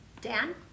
Dan